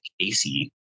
Casey